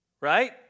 Right